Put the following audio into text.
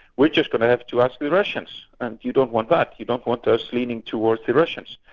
we're just going to have to ask the russians and you don't want that you don't want us leaning towards the russians.